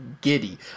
giddy